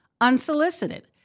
unsolicited